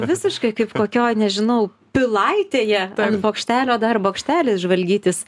visiškai kaip kokioj nežinau pilaitėje ant bokštelio dar bokštelis žvalgytis